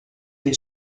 dei